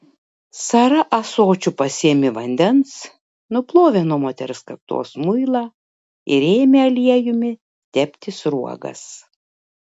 sara ąsočiu pasėmė vandens nuplovė nuo moters kaktos muilą ir ėmė aliejumi tepti sruogas